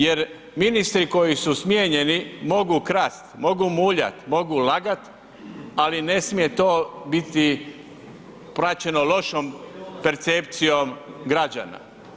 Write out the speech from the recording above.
Jer ministri koji su smijenjeni mogu krast, mogu muljat, mogu lagat, ali ne smije to biti praćeno lošom percepcijom građana.